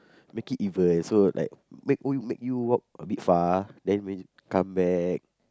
make it even so like make make you walk a bit far then when you come back